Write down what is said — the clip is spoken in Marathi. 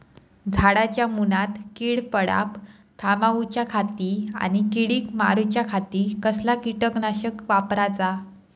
झाडांच्या मूनात कीड पडाप थामाउच्या खाती आणि किडीक मारूच्याखाती कसला किटकनाशक वापराचा?